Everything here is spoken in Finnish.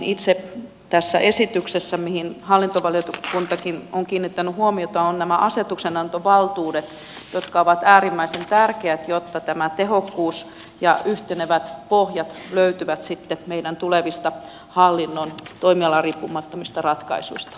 itse tässä esityksessä mihin hallintovaliokuntakin on kiinnittänyt huomiota ovat nämä asetuksenantovaltuudet jotka ovat äärimmäisen tärkeät jotta tämä tehokkuus ja yhtenevät pohjat löytyvät sitten meidän tulevista hallinnon toimialariippumattomista ratkaisuista